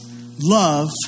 love